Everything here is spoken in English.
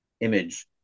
image